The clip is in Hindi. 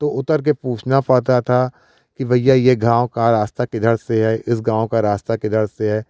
तो उतर के पूछना पड़ता था कि भैया यह गाँव का रास्ता किधर से है इस गाँव का रास्ता किधर से है